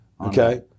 Okay